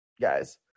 guys